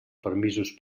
permisos